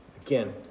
Again